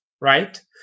right